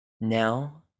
now